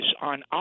on